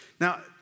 Now